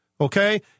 Okay